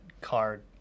card